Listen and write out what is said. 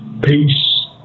Peace